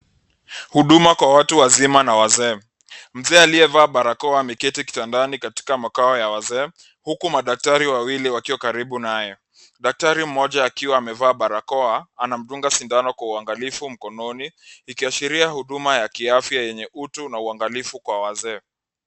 Huduma kwa watu wazima na wazee. Mzee aliyevaa barakoa ameketi kitandani katika makao ya wazee huku madaktari wawili wakiwa karibu naye. Daktari mmoja akiwa amevaa barakoa anamdunga sindano kwa uangalifu mkononi ikiashiria huduma ya kiafya yenye utu na uangalifu kwa wazee.